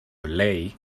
ley